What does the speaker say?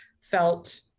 felt